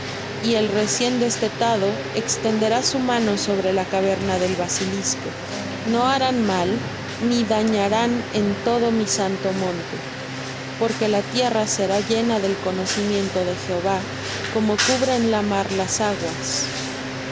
y el recién destetado extenderá su mano sobre la caverna del basilisco no harán mal ni dañarán en todo mi santo monte porque la tierra será llena del conocimiento de jehová como cubren la mar las aguas y